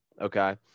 Okay